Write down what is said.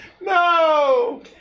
No